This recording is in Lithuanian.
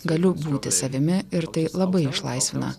galiu būti savimi ir tai labai išlaisvina